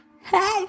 Hey